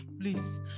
Please